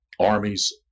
Armies